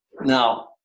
Now